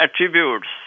attributes